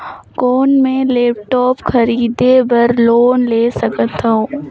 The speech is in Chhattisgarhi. कौन मैं लेपटॉप खरीदे बर लोन ले सकथव?